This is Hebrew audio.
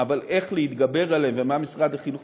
אבל איך להתגבר עליהן ומה משרד החינוך